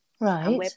Right